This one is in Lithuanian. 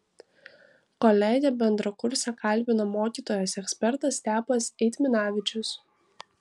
kolegę bendrakursę kalbina mokytojas ekspertas stepas eitminavičius